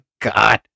God